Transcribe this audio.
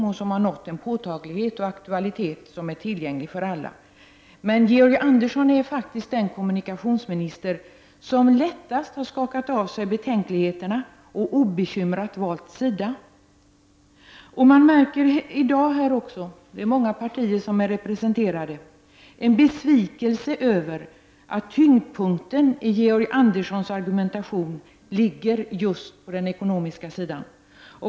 Miljöargumenten har nått en påtaglighet och aktualitet som är tillgänglig för alla. Georg Andersson är faktiskt den kommunikationsminister som lättast har skakat av sig betänkligheterna och obekymrat valt sida. Man märker här i dag också — många partier är representerade — en besvikelse över att tyngdpunkten i Georg Anderssons argument ligger just på den ekonomiska sidan.